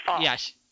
Yes